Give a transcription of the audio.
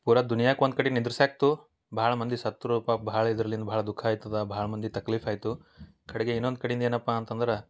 ಪೂರ ದುನಿಯಾಕ್ಕೆ ಒಂದು ಕಡೆ ನಿಂದ್ರುಸ್ಯಾಕ್ತು ಭಾಳ ಮಂದಿ ಸತ್ತರು ಪಾಪ ಭಾಳ ಇದಲಿಂದ ಭಾಳ ದುಃಖ ಆಗ್ತದ ಭಾಳ ಮಂದಿ ತಕ್ಲೀಫ್ ಆಯಿತು ಕಡೆಗೆ ಇನ್ನೊಂದು ಕಡಿಂದ ಏನಪ್ಪ ಅಂತಂದ್ರೆ